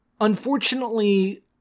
Unfortunately